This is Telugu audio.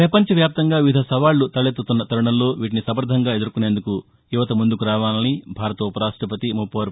ప్రపంచ వ్యాప్తంగా వివిధ సవాక్పు తలెత్తుతున్న తరుణంలో వీటిని సమర్దంగా ఎదుర్కొనేందుకు యువత ముందుకు రావాలని భారత ఉపరాష్టపతి ఎం